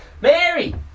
Mary